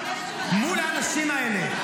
--- מול האנשים האלה,